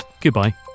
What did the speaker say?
goodbye